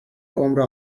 عمر